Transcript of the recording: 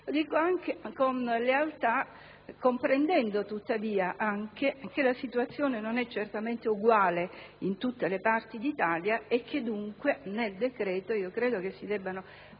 dico anche con lealtà, comprendendo tuttavia che la situazione non è certamente uguale in tutte le parti d'Italia e dunque credo che si debbano